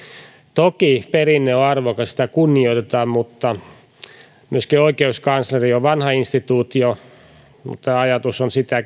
toki perinne on arvokas ja sitä kunnioitetaan ja myöskin oikeuskansleri on vanha instituutio mutta ajatus on kehittää sitä